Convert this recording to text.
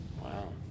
Wow